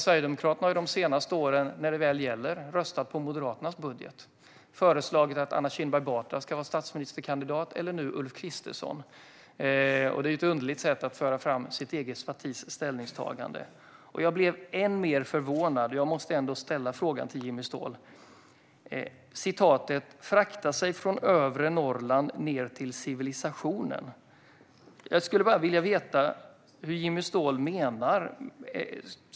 Sverigedemokraterna har de senaste åren, när det väl har gällt, röstat på Moderaternas budget. Man har föreslagit att Anna Kinberg Batra ska vara statsministerkandidat eller, nu, Ulf Kristersson. Det är ett underligt sätt att föra fram sitt eget partis ställningstagande. Jag blev än mer förvånad över en sak. Jag måste ställa en fråga till Jimmy Ståhl om citatet "frakta sig från övre Norrland ned till civilisationen". Jag skulle bara vilja veta vad Jimmy Ståhl menar.